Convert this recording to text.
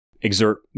exert